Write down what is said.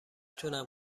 تونم